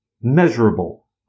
measurable